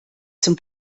zum